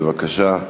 בבקשה.